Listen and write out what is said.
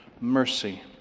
mercy